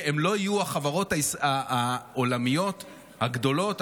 הן לא יהיו החברות העולמיות הגדולות,